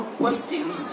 questions